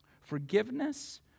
forgiveness